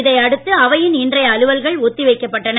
இதை அடுத்து அவையின் இன்றைய அலுவல்கள் ஒத்தி வைக்கப்பட்டன